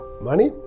Money